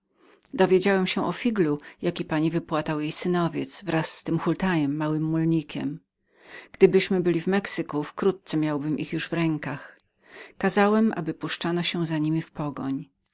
dowiedziałem się o figlu jaki pani wypłatał jej synowiec wraz z tym hultajem małym mulnikiem gdybyśmy byli w mexyku wkrótce miałbym już ich u siebie pomimo to jednak kazałem aby puszczono się za niemi w pogoń